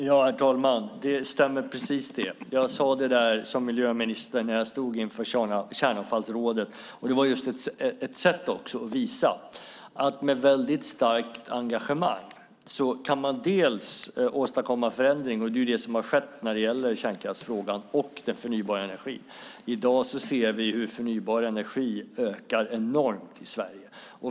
Herr talman! Det stämmer precis. Jag sade det där som miljöminister när jag stod inför Kärnavfallsrådet. Det var också ett sätt att visa att man med väldigt starkt engagemang kan åstadkomma förändring, och det är det som har skett när det gäller kärnkraftsfrågan och den förnybara energin. I dag ser vi att förnybar energi ökar enormt i Sverige.